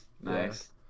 nice